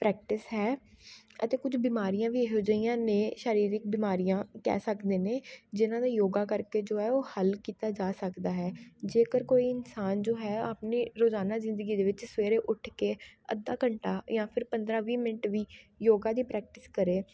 practice ਹੈ ਅਤੇ ਕੁੱਝ ਬਿਮਾਰੀਆਂ ਵੀ ਇਹੋ ਜਿਹੀਆਂ ਨੇ ਸਰੀਰਕ ਬਿਮਾਰੀਆਂ ਕਹਿ ਸਕਦੇ ਨੇ ਜਿਹਨਾਂ ਦਾ ਯੋਗਾ ਕਰਕੇ ਜੋ ਹੈ ਉਹ ਹੱਲ ਕੀਤਾ ਜਾ ਸਕਦਾ ਹੈ ਜੇਕਰ ਕੋਈ ਇਨਸਾਨ ਜੋ ਹੈ ਆਪਣੀ ਰੋਜ਼ਾਨਾ ਜ਼ਿੰਦਗੀ ਦੇ ਵਿੱਚ ਸਵੇਰੇ ਉੱਠ ਕੇ ਅੱਧਾ ਘੰਟਾ ਜਾਂ ਫਿਰ ਪੰਦਰ੍ਹਾਂ ਵੀਹ ਮਿੰਟ ਵੀ ਯੋਗਾ ਦੀ ਪ੍ਰੈਕਟਿਸ ਕਰੇ